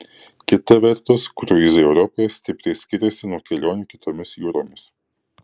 kita vertus kruizai europoje stipriai skiriasi nuo kelionių kitomis jūromis